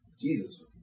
Jesus